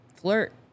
flirt